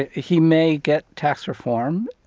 ah he may get tax reform,